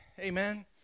amen